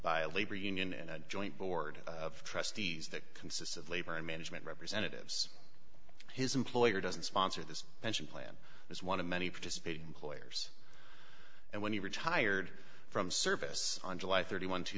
by a labor union and a joint board of trustees that consists of labor and management representatives his employer doesn't sponsor this pension plan is one of many participate employers and when he retired from service on july thirty one two